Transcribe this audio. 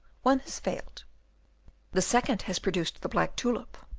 one has failed the second has produced the black tulip.